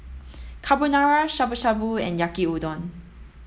Carbonara Shabu Shabu and Yaki Udon